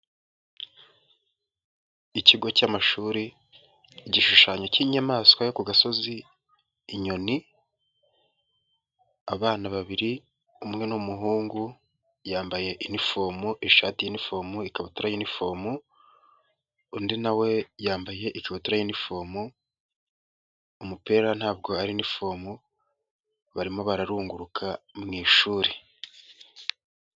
Ikigo cy'amashuri igishushanyo k'inyamaswa ku gasozi inyoni, abana babiri umwe ni umuhungu yambaye inifomu ishati y'inifomu ikabutura y'inifomu, undi nawe yambaye ikabutura y'inifomu, umupira ntabwo ari inifomu barimo bararunguruka mu ishuri.